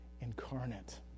incarnate